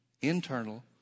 internal